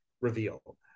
reveal